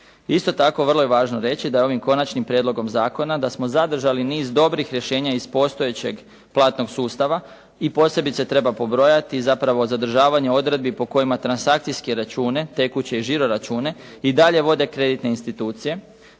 Isto tako vrlo je važno reći da je ovim Konačnim prijedlogom zakona da smo zadržali niz dobrih rješenja iz postojećeg platnog sustava. I posebice treba pobrojati i zapravo zadržavanje odredbi po kojima transakcijske račune, tekuće i žiro-račune i dalje vode kreditne institucije,